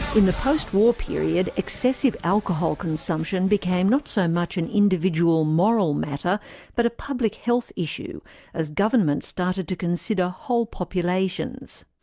the post-war period, excessive alcohol consumption became not so much an individual moral matter but a public health issue as governments started to consider whole populations.